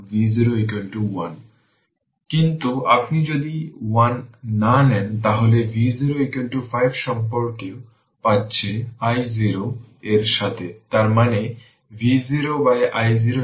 যদি ক্যাপাসিটরটি open circuit হিসাবে কাজ করে তার মানে এই ভোল্টেজ v ক্যাপাসিটর জুড়ে ওপেন সার্কিট